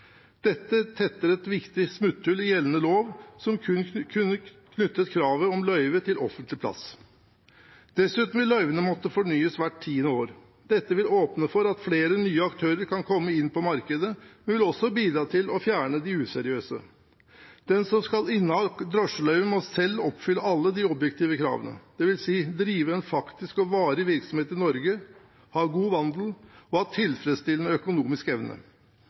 Dette tetter et viktig smutthull i gjeldende lov, som kun knyttet kravet om løyve til offentlig plass. Dessuten vil løyvene måtte fornyes hvert tiende år. Dette vil åpne for at flere nye aktører kan komme inn på markedet, men vil også bidra til å fjerne de useriøse. Den som skal inneha drosjeløyve, må selv oppfylle alle de objektive kravene. Det vil si: drive en faktisk og varig virksomhet i Norge, ha god vandel og ha tilfredsstillende økonomisk evne.